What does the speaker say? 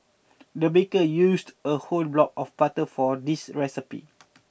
the baker used a whole block of butter for this recipe